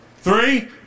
Three